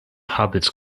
hobbits